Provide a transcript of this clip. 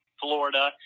Florida